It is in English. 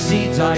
Seeds